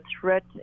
threat